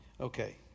Okay